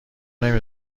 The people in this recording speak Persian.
نمی